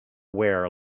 wear